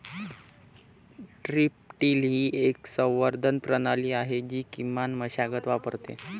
strip till ही एक संवर्धन प्रणाली आहे जी किमान मशागत वापरते